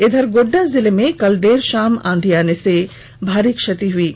इधर गोड्डा जिले में कल देर शाम आंधी आने से भारी क्षति हुई है